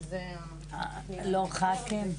לא חכ"ים?